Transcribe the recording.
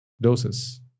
doses